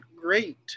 great